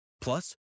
Plus